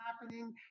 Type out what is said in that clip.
happening